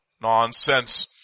Nonsense